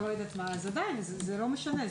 עדיין זה לא משנה,